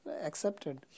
Accepted